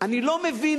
אני לא מבין,